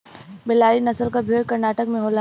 बेल्लारी नसल क भेड़ कर्नाटक में होला